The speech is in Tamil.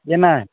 என்ன